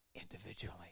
individually